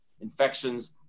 infections